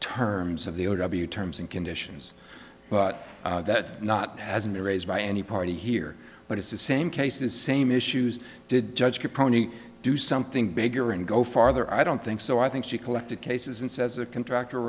terms of the o w terms and conditions but that's not hasn't been raised by any party here but it's the same case the same issues did judge could probably do something bigger and go farther i don't think so i think she collected cases and says a contract or